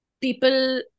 People